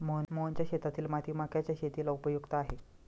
मोहनच्या शेतातील माती मक्याच्या शेतीला उपयुक्त आहे